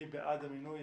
מי בעד המינוי?